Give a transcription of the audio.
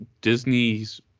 Disney's